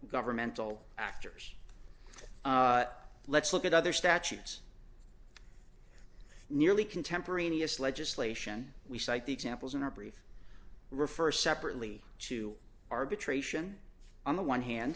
governmental actors let's look at other statutes nearly contemporaneous legislation we cite the examples in our brief refer separately to arbitration on the one hand